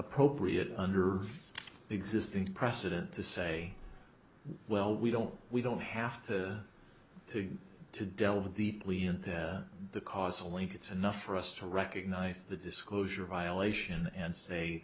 appropriate under existing precedent to say well we don't we don't have to to to delve deeply into the causal link it's enough for us to recognize the disclosure violation and say